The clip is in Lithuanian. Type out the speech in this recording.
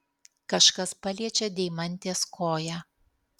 kažkas paliečia deimantės koją